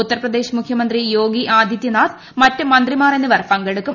ഉത്തൂർ പ്രദേശ് മുഖ്യമന്ത്രി യോഗി ആദിത്യനാഥ് മറ്റ് മന്ത്രിമാർ ് എന്നിവർ പങ്കെടുക്കും